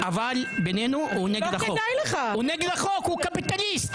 אבל בינינו הוא נגד החוק, הוא קפיטליסט.